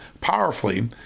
powerfully